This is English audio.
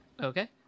Okay